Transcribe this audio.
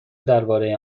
درباره